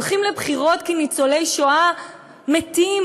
הולכים לבחירות כי ניצולי שואה מתים,